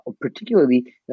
particularly